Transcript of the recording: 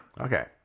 Okay